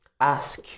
Ask